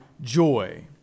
joy